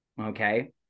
okay